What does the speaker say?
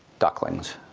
ducklings.